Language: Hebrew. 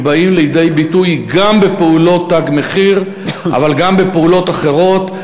שבאים לידי ביטוי גם בפעולות "תג מחיר" אבל גם בפעולות אחרות,